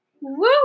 Woo